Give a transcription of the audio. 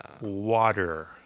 Water